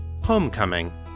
Homecoming